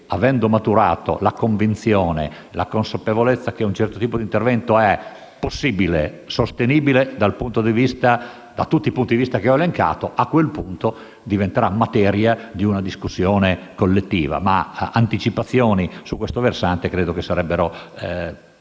avendo maturato la convinzione e la consapevolezza che un certo tipo di intervento è possibile e sostenibile da tutti i punti di vista che ho elencato, a quel punto esso diventerà materia di una discussione collettiva. Anticipazioni su questo versante credo però che sarebbero